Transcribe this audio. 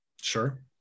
Sure